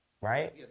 right